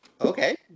Okay